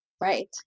Right